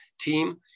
team